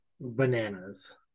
bananas